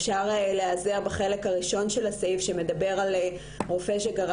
אפשר להיעזר בחלק הראשון של הסעיף שמדבר על רופא שגר